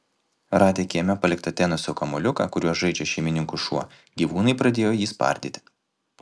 radę kieme paliktą teniso kamuoliuką kuriuo žaidžia šeimininkų šuo gyvūnai pradėjo jį spardyti